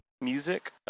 Music